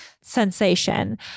sensation